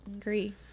Agree